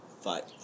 fight